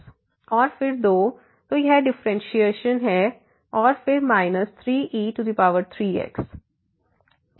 और फिर 2 तो यह डिफरेंशिएशन है और फिर 3e3x